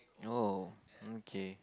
oh okay